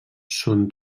són